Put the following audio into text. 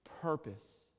purpose